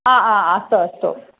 हा हा अस्तु अस्तु